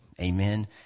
amen